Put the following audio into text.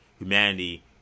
humanity